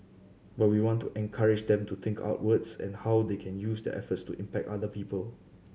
but we want to encourage them to think outwards and how they can use their efforts to impact other people